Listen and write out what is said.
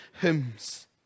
hymns